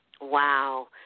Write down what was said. Wow